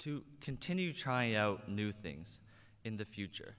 to continue trying new things in the future